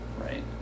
right